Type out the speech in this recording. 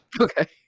Okay